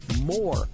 more